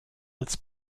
als